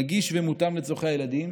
נגיש ומותאם לצורכי הילדים.